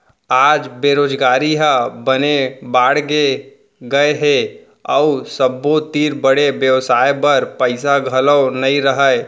आज बेरोजगारी ह बने बाड़गे गए हे अउ सबो तीर बड़े बेवसाय बर पइसा घलौ नइ रहय